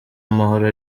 amahoro